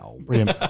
brilliant